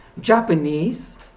Japanese